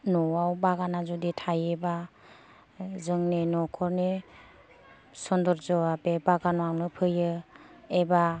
न'आव बागाना जुदि थायोब्ला जोंनि नखरनि सुनदरजया बे बागानावनो फैयो एबा